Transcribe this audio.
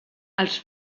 els